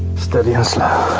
steady and slow.